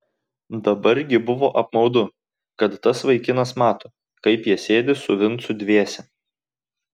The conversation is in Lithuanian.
dabar gi buvo apmaudu kad tas vaikinas mato kaip jie sėdi su vincu dviese